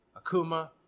Akuma